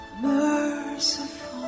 merciful